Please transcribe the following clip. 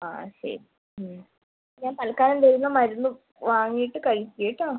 ആ ശരി ഞാൻ തൽകാലം തരുന്ന മരുന്ന് വാങ്ങിയിട്ട് കഴിക്ക് കേട്ടോ